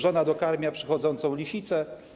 Żona dokarmia przychodzącą lisicę.